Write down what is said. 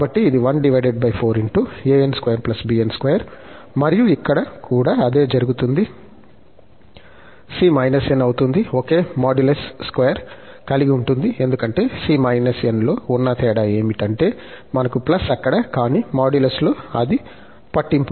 కాబట్టి ఇది మరియు ఇక్కడ కూడా అదే జరుగుతుంది c−n అవుతుంది ఒకే మాడ్యులస్ స్క్వేర్ కలిగి ఉంటుంది ఎందుకంటే c−n లో ఉన్న తేడా ఏమిటంటే మనకు అక్కడ కానీ మాడ్యులస్లో అది పట్టింపు లేదు